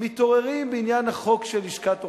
מתעוררים בעניין החוק של לשכת עורכי-הדין.